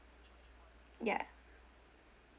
yeah